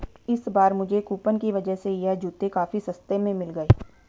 इस बार मुझे कूपन की वजह से यह जूते काफी सस्ते में मिल गए